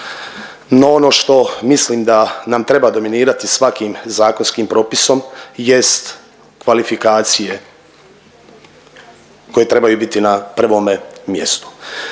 no ono što mislim da nam treba dominirati svakim zakonskim propisom jest kvalifikacije koje trebaju biti na prvome mjestu.